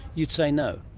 you'd say no?